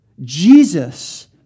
Jesus